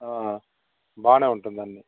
బాగానే ఉంటుంది అన్ని